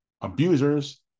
abusers